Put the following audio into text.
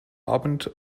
abend